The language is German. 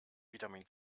vitamin